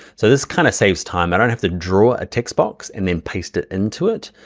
so this kind of saves time. i don't have to draw a text box and then paste it into it.